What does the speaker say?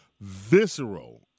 visceral